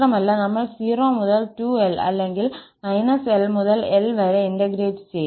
മാത്രമല്ല നമ്മൾ 0 മുതൽ 2𝑙 അല്ലെങ്കിൽ −𝑙 മുതൽ 𝑙 വരെ ഇന്റഗ്രേറ്റ് ചെയ്യും